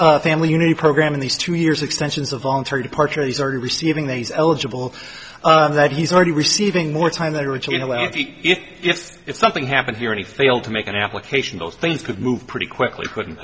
the family unity program in these two years extensions a voluntary departure he's already receiving these eligible that he's already receiving more time there which you know if something happened here and he failed to make an application those things could move pretty quickly couldn't